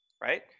right